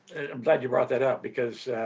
i'm glad you brought that up because